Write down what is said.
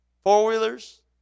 Four-wheelers